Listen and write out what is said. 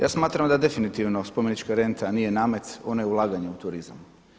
Ja smatram da definitivno spomenička renta nije namet, ona je ulaganje u turizam.